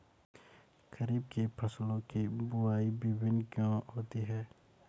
खरीफ के फसलों की बुवाई भिन्न भिन्न क्यों होती है?